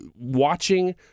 watching